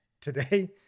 today